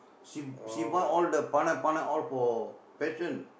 she she buy all the paanai paanai :paanai paanai all for passion